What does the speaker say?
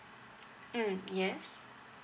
mm yes